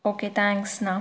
okay தேங்க்ஸ்ண்ணா